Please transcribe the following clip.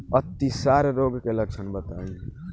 अतिसार रोग के लक्षण बताई?